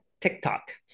TikTok